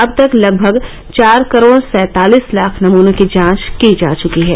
अब तक लगभग चार करोड सैंतालीस लाख नमनों की जांच की जा चुकी है